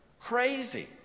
crazy